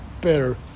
better